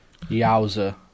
Yowza